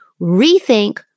rethink